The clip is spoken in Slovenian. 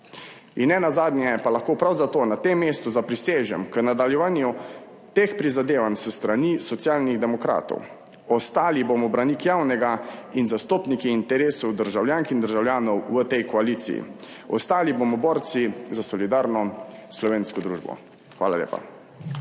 Nenazadnje pa lahko prav zato na tem mestu zaprisežem k nadaljevanju teh prizadevanj s strani Socialnih demokratov. Ostali bomo branik javnega in zastopniki interesov državljank in državljanov v tej koaliciji, ostali bomo borci za solidarno slovensko družbo. Hvala lepa.